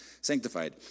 Sanctified